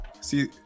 See